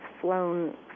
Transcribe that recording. flown